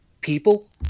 people